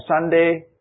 Sunday